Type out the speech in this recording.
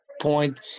point